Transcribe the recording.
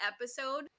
episode